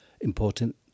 important